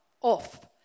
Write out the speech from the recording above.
off